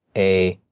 a,